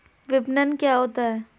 विपणन क्या होता है?